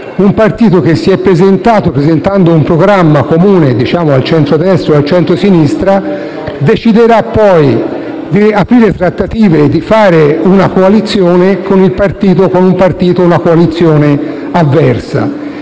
un partito che si è presentato con un programma comune al centrodestra o al centrosinistra deciderà poi di aprire trattative e fare una coalizione con un partito o una coalizione avversa.